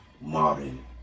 modern